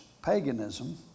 Paganism